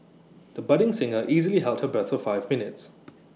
the budding singer easily held her breath for five minutes